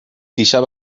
دیشب